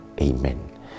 Amen